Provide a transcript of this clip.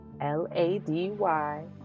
L-A-D-Y